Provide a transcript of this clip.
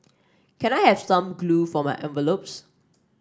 can I have some glue for my envelopes